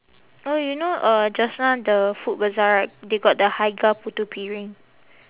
oh you know uh just now the food bazaar right they got the haig putu piring